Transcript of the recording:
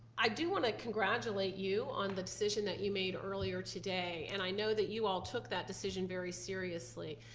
i do want to congratulate you on the decision that you made earlier today and i know that you all took that decision very seriously.